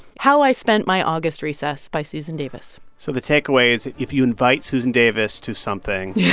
how i spent my august recess, by susan davis so the takeaway is that if you invite susan davis to something. yeah